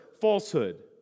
falsehood